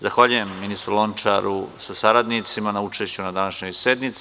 Zahvaljujem ministru Lončaru sa saradnicima na učešću na današnjoj sednici.